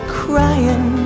crying